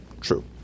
True